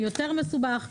יותר מסובך.